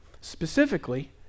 Specifically